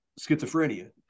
schizophrenia